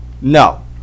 No